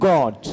God